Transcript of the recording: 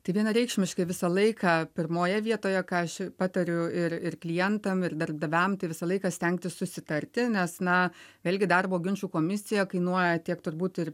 tai vienareikšmiškai visą laiką pirmoje vietoje ką patariu ir ir klientam ir darbdaviam visą laiką stengtis susitarti nes na vėlgi darbo ginčų komisija kainuoja tiek turbūt ir